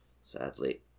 Sadly